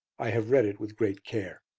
i have read it with great care.